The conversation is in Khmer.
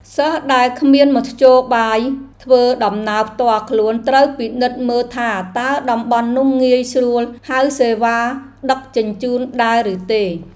សិស្សដែលគ្មានមធ្យោបាយធ្វើដំណើរផ្ទាល់ខ្លួនត្រូវពិនិត្យមើលថាតើតំបន់នោះងាយស្រួលហៅសេវាដឹកជញ្ជូនដែរឬទេ។